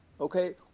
Okay